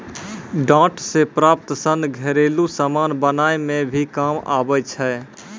डांट से प्राप्त सन घरेलु समान बनाय मे भी काम आबै छै